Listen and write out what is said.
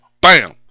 Bam